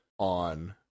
on